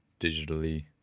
digitally